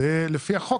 זה לפי החוק,